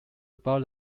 about